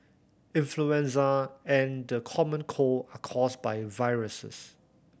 influenza and the common cold are caused by viruses